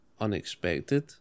Unexpected